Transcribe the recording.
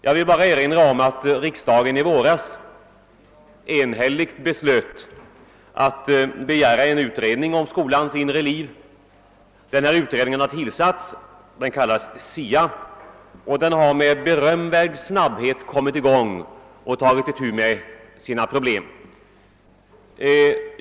Jag vill bara erinra om att riksdagen i våras enhälligt beslöt att begära en utredning om skolans inre liv. Den utredningen — som kallas SIA — har med berömvärd snabbhet kommit i gång med sitt arbete.